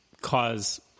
cause